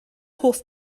hoff